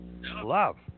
love